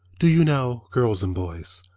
do you know, girls and boys,